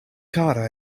kara